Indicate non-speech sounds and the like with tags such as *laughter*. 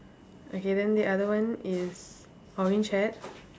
okay then the other one is orange hat *noise*